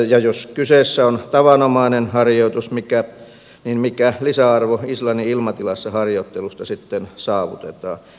jos kyseessä on tavanomainen harjoitus niin mikä lisäarvo islannin ilmatilassa harjoittelusta sitten saavutetaan